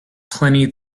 pliny